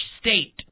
state